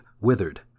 withered